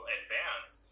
advance